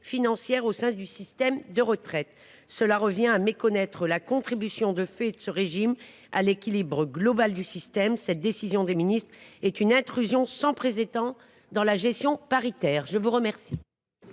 financière au sein du système de retraite. Cela revient à méconnaître la contribution de fait de ce régime à l’équilibre global du système. Cette décision est une intrusion sans précédent dans la gestion paritaire. La parole